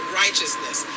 righteousness